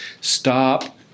stop